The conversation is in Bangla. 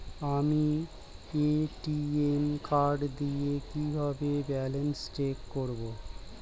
আমি এ.টি.এম কার্ড দিয়ে কিভাবে ব্যালেন্স চেক করব?